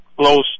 close